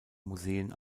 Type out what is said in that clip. museen